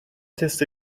تست